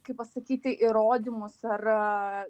kaip pasakyti įrodymus ar